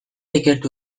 ikertu